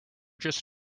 just